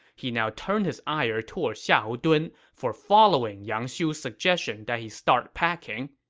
he now turned his ire toward xiahou dun for following yang xiu's suggestion that he start packing,